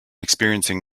experiencing